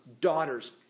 daughters